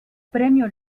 premio